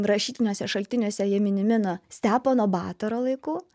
rašytiniuose šaltiniuose jie minimi nuo stepono batoro laikų